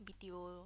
B_T_O